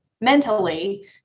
mentally